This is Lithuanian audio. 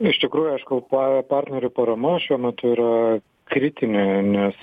iš tikrųjų aišku pa partnerių parama šiuo metu yra kritinė nes